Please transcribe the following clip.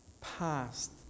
past